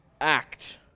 act